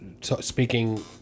speaking